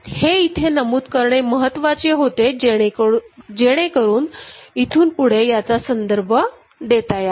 हे इथे नमूद करणे महत्त्वाचे होते जेणेकरून इथून पुढे याचा संदर्भ देता यावा